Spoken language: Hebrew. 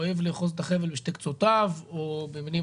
אוהב לאחוז את החבל משני קצותיו או במילים